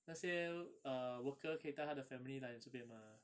那些 uh worker 可以带他 family 来这边吗